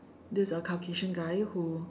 this uh Caucasian guy who